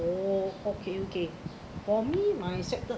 oh okay okay for me my sad